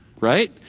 right